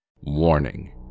Warning